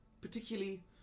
particularly